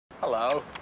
Hello